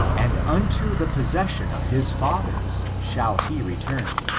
and unto the possesion of his fathers shall he return.